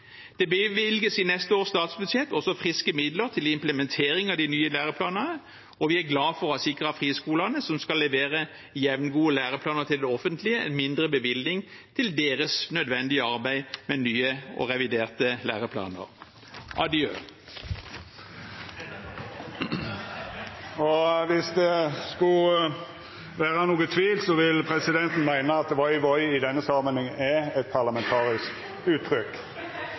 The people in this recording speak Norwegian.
Det bevilges i neste års statsbudsjett også friske midler til implementering av de nye læreplanene, og vi er glad for å ha sikret friskolene som skal levere jevngode læreplaner med det offentlige, en mindre bevilgning til deres nødvendige arbeid med nye og reviderte læreplaner. «Adjø». Og om det skulle vera nokon tvil, vil presidenten meina at «voi, voi» i denne samanhengen er eit parlamentarisk uttrykk.